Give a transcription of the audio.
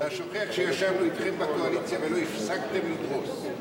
אתה שוכח שישבנו אתכם בקואליציה ולא הפסקתם לדרוס.